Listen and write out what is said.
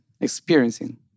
experiencing